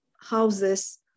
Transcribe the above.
houses